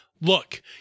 Look